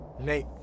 Nate